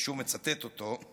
ואני שוב מצטט אותו: